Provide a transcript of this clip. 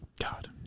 god